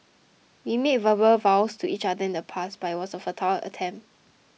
we made verbal vows to each other in the past but it was a futile attempt